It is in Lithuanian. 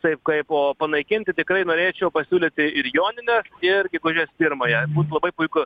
taip kaip o panaikinti tikrai norėčiau pasiūlyti ir jonines ir gegužės pirmąją būtų labai puiku